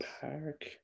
Park